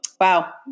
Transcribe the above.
Wow